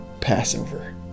Passover